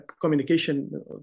communication